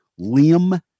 Liam